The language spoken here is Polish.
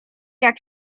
jak